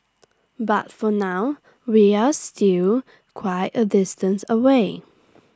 but for now we're still quite A distance away